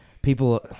People